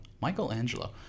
Michelangelo